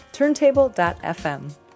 turntable.fm